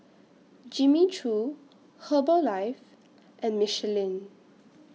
Jimmy Choo Herbalife and Michelin